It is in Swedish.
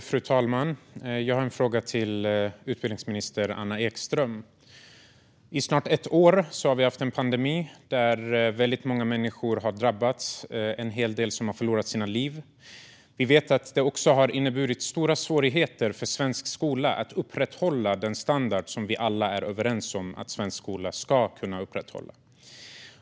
Fru talman! Jag har en fråga till utbildningsminister Anna Ekström. I snart ett år har vi haft en pandemi där väldigt många människor har drabbats och en hel del har förlorat sina liv. Vi vet att detta också har inneburit stora svårigheter för svensk skola att upprätthålla den standard som vi alla är överens om att svensk skola ska kunna upprätthålla.